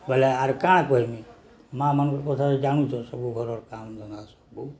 ବୋଇଲେ ଆର କାଣା କହିମି ମା' ମାନଙ୍କର କଥା ଜାଣୁଛ ସବୁ ଘରର କାମ ଧନ୍ଦା ସବୁ